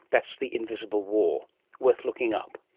that's the invisible war worth looking up.